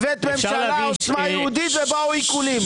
הבאת ממשלה עוצמה יהודית ובאו עיקולים,